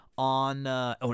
On